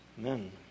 Amen